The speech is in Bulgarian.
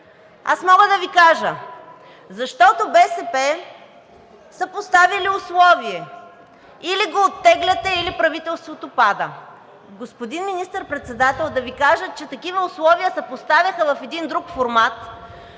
Аз мога да Ви кажа. Защото БСП са поставили условие: или го оттегляте, или правителството пада. Господин Министър-председател, да Ви кажа, че такива условия се поставяха в един друг формат.